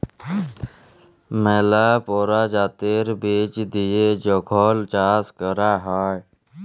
ম্যালা পরজাতির বীজ দিঁয়ে যখল চাষ ক্যরা হ্যয়